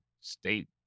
state